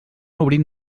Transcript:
obrint